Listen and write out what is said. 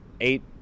eight